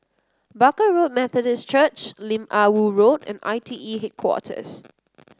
Barker Road Methodist Church Lim Ah Woo Road and I T E Headquarters